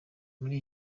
muri